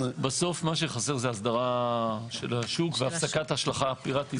מה שחסר זה הסדרה של השוק והפסקת השלכה פיראטית.